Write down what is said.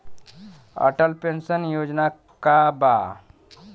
Atal pension योजना का बा?